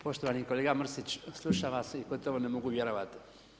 Poštovani kolega Mrsić slušam vas i gotovo ne mogu vjerovati.